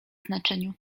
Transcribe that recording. znaczeniu